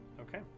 Okay